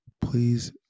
please